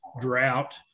drought